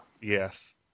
Yes